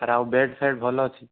sir ଆଉ bed ଫେଡ଼୍ ଭଲ ଅଛି